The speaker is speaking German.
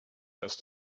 erst